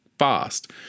fast